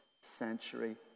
century